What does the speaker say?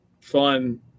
fun